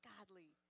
Godly